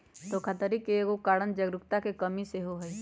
धोखाधड़ी के एगो बड़ कारण जागरूकता के कम्मि सेहो हइ